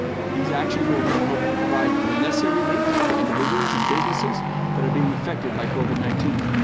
these actions will help provide the necessary relief for individuals and businesses that are being affected by covid nineteen.